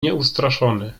nieustraszony